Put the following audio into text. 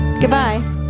Goodbye